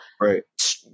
right